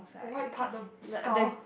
wipe part the skull